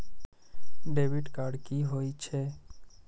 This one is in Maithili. डेबिट कार्ड की होय छे?